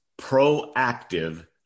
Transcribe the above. proactive